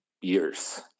years